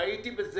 ראיתי בזה